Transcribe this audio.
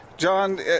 John